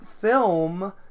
film